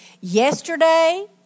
yesterday